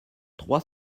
trois